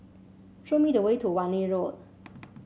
show me the way to Wan Lee Road